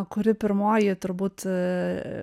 kuri pirmoji turbūt